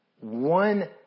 one